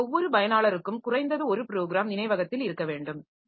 எனவே ஒவ்வொரு பயனாளருக்கும் குறைந்தது ஒரு ப்ரோகிராம் நினைவகத்தில் இருக்க வேண்டும்